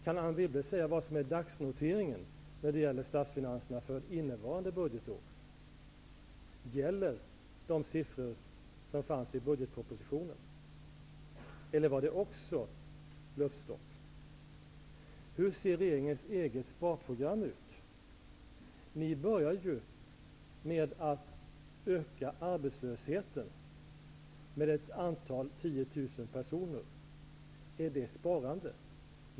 Kan Anne Wibble säga vad som är dagsnoteringen när det gäller statsfinanserna för innevarande budgetår? Gäller de siffror som fanns i budgetpropositionen, eller var det också bluffstopp? Hur ser regeringens eget sparprogram ut? Ni började ju med att öka arbetslösheten med flera tiotusental personer. Är det sparande?